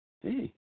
Hey